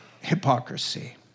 hypocrisy